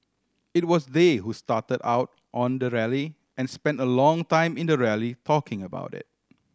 it was they who started out on the rally and spent a long time in the rally talking about it